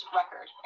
record